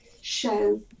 show